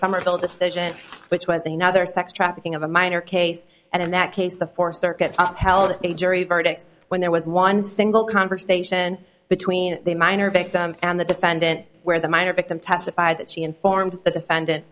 summerville decision which was another sex trafficking of a minor case and in that case the four circuit held a jury verdict when there was one single conversation between a minor victim and the defendant where the minor victim testified that she informed the defendant